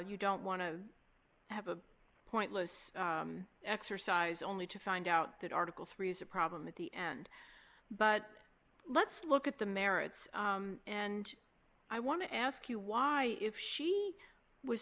you don't want to have a pointless exercise only to find out that article three is a problem at the end but let's look at the merits and i want to ask you why if she was